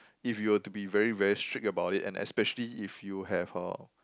if you were to be very very strict about it and especially if you have